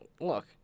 Look